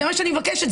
זה מה שאני מבקשת.